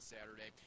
Saturday